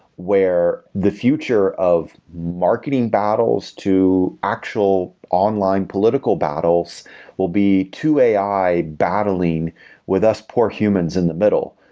where the future of marketing battles to actual online political battles will be to ai battling with us poor humans in the middle,